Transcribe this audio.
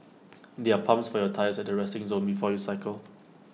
there are pumps for your tyres at the resting zone before you cycle